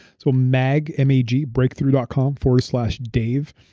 so mag, m a g, breakthrough dot com forward slash dave.